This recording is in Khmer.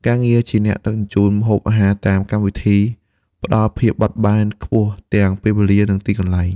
ការងារជាអ្នកដឹកជញ្ជូនម្ហូបអាហារតាមកម្មវិធី ផ្តល់ភាពបត់បែនខ្ពស់ទាំងពេលវេលា និងទីកន្លែង។